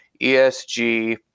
ESG